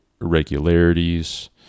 irregularities